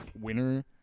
winner